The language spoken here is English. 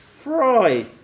Fry